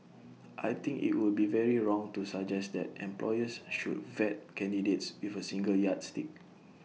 I think IT would be very wrong to suggest that employers should vet candidates with A single yardstick